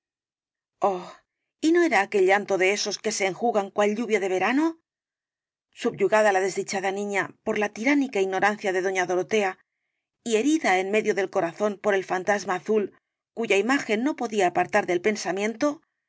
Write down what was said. enjugan cual lluvia de verano subyugada la desdichada niña por la tiránica ignorancia de doña dorotea y herida en medio del corazón por el fantasma azul cuya imagen no podía apartar del pensamiento